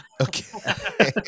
Okay